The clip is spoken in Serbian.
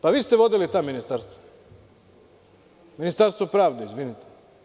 Pa, vi ste vodili ta ministarstva, Ministarstvo pravde, izvinite.